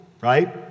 right